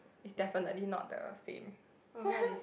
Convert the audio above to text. is definitely not the same